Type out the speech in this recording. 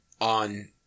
on